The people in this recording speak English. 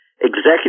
Executive